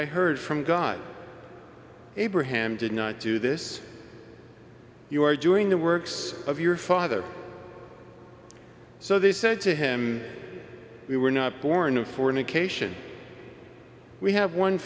i heard from god abraham did not do this you are doing the works of your father so they said to him we were not born of fornication we have one